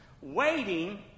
waiting